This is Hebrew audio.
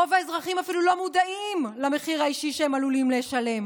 רוב האזרחים אפילו לא מודעים למחיר האישי שהם עלולים לשלם,